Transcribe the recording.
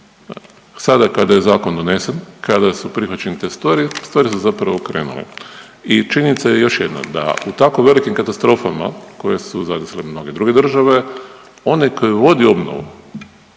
Sada kada je zakon donesen, kada su prihvaćene te stvari, stvari su zapravo krenule. I činjenica je još jednom da u tako velikim katastrofama koje su zadesile mnoge druge države onaj koji vodi obnovu